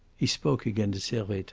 he spoke again to servettaz.